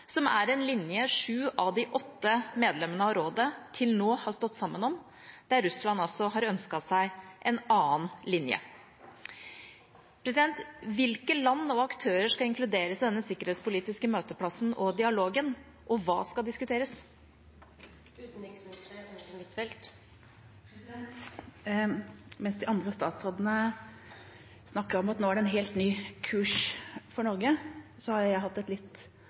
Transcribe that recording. som er en linje sju av de åtte medlemmene av rådet til nå har stått sammen om, og der Russland altså har ønsket seg en annen linje. Hvilke land og aktører skal inkluderes i denne sikkerhetspolitiske møteplassen og dialogen, og hva skal diskuteres? Mens de andre statsrådene snakker om at det nå er en helt ny kurs for Norge, har jeg hatt et litt